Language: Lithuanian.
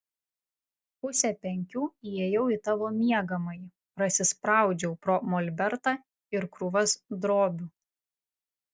pusę penkių įėjau į tavo miegamąjį prasispraudžiau pro molbertą ir krūvas drobių